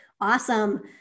Awesome